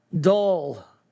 dull